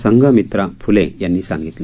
संघमित्रा फुले यांनी सांगितलं